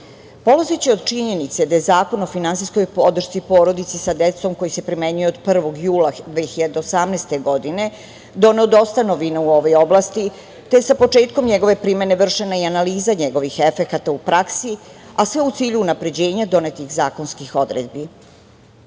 od činjenice da je Zakon o finansijskoj podršci porodici sa decom koji se primenjuje od 1. jula 2018. godine, … u ovoj oblasti, te sa početkom njegove primene vršena je i analiza njegovih efekata u praksi, a sve u cilju unapređenja do nekih zakonskih odredbi. Pored